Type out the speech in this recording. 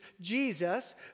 Jesus